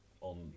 on